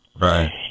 Right